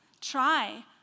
Try